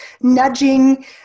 nudging